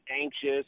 anxious